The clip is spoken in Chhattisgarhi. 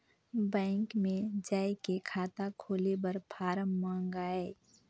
बैंक मे जाय के खाता खोले बर फारम मंगाय?